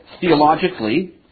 Theologically